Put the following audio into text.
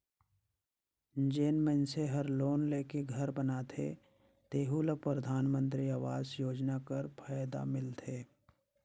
जेन मइनसे हर लोन लेके घर बनाथे तेहु ल परधानमंतरी आवास योजना कर फएदा मिलथे